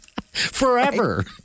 Forever